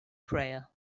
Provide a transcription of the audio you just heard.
prayer